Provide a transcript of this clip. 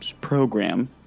program